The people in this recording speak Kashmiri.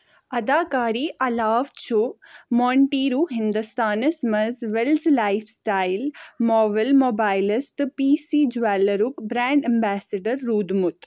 اداکاری علاوٕ چُھ مونٹیرو ہِنٛدوستانس منٛز وِلز لایِف سِٹایِل ، مووِل موبایلز ، تہٕ پی سی جُویٚلٕرسٗک برٛینٛڈ ایٚمبیزڈر روٗدمُت